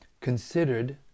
considered